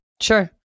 Sure